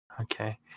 Okay